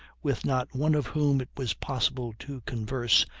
with not one of whom it was possible to converse,